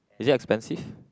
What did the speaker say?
is it expensive